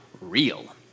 real